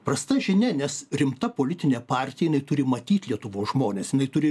prasta žinia nes rimta politinė partija neturi matyt lietuvos žmones jinai turi